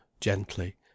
gently